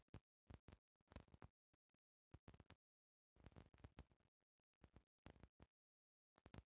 वाणिज्यिक बैंक एक आदमी के खाता से दूसरा के खाता में पईसा भेजे के सुविधा देला